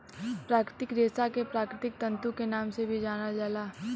प्राकृतिक रेशा के प्राकृतिक तंतु के नाम से भी जानल जाला